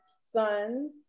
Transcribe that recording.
Sons